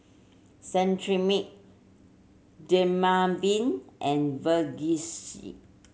Cetrimide Dermaveen and Vagisil